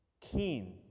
keen